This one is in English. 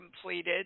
completed